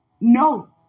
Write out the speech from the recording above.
No